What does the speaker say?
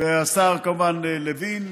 וכמובן השר לוין,